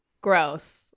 gross